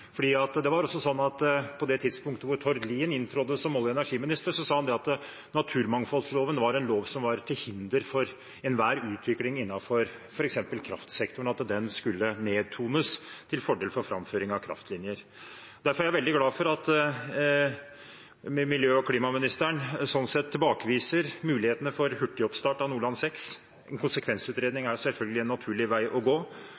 på det tidspunktet da Tord Lien inntrådte som olje- og energiminister, sa han at naturmangfoldloven var en lov som var til hinder for enhver utvikling innenfor f.eks. kraftsektoren, og at den skulle nedtones til fordel for utbygging av kraftlinjer. Derfor er jeg veldig glad for at klima- og miljøministeren sånn sett tilbakeviser mulighetene for hurtig oppstart av Nordland VI – en konsekvensutredning er selvfølgelig en naturlig vei å gå